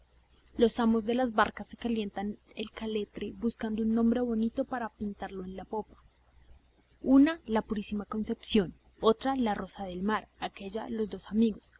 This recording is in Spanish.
los amos de las barcas se calientan el caletre buscando un nombre bonito para pintarlo en la popa una la purísima concepción otra rosa del mar aquélla los dos amigos